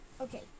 Okay